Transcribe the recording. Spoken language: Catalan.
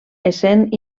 essent